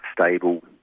stable